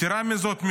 יתרה מזאת,